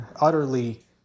utterly